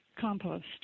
compost